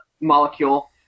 molecule